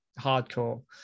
hardcore